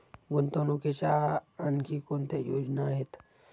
गुंतवणुकीच्या आणखी कोणत्या योजना आहेत?